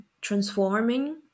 transforming